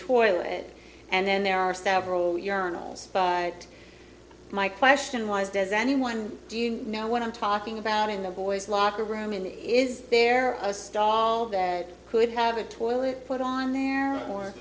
toilet and then there are several urinals my question was does anyone do you know what i'm talking about in the boys locker room in the is there a stall that could have a toilet put on there or